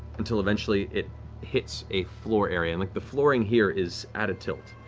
until eventually it hits a floor area. and like the flooring here is at a tilt.